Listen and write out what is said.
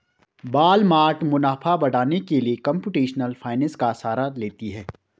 Walmart मुनाफा बढ़ाने के लिए कंप्यूटेशनल फाइनेंस का सहारा लेती है